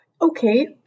Okay